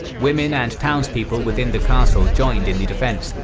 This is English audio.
women and townspeople within the castle joined in the defence,